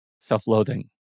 self-loathing